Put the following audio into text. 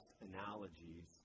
analogies